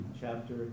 chapter